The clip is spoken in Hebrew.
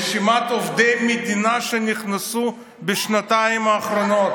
רשימת עובדי המדינה שנכנסו בשנתיים האחרונות.